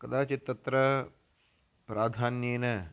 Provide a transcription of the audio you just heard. कदाचित् तत्र प्राधान्येन